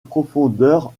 profondeur